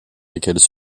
lesquelles